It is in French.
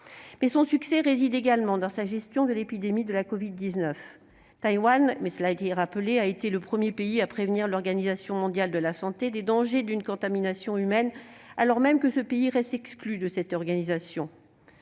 Son succès réside également dans sa gestion de l'épidémie de la covid-19. Taïwan, cela a été rappelé, a été le premier pays à prévenir l'Organisation mondiale de la santé des dangers d'une contamination humaine, alors même que ce pays reste exclu de cette organisation.